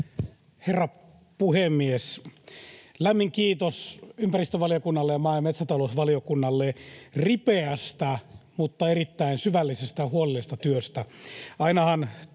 Herra puhemies! Lämmin kiitos ympäristövaliokunnalle ja maa- ja metsätalousvaliokunnalle ripeästä mutta erittäin syvällisestä ja huolellisesta työstä.